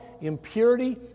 impurity